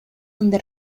donde